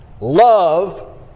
Love